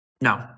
No